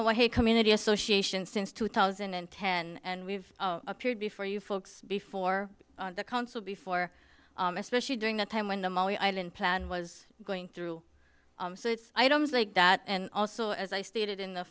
one community association since two thousand and ten and we've appeared before you folks before the council before especially during the time when the island plan was going through so it's items like that and also as i stated in the